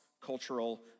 cultural